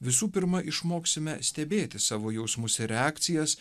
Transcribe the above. visų pirma išmoksime stebėti savo jausmus ir reakcijas